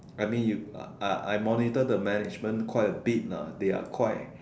I mean you I I monitor the management quite a bit lah they are quite